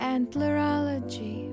Antlerology